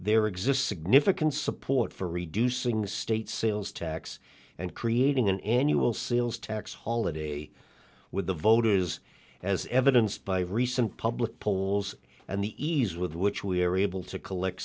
there exists again if it can support for reducing state sales tax and creating an annual sales tax holiday with the voters as evidenced by recent public polls and the ease with which we are able to collect